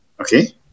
Okay